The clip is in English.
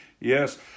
Yes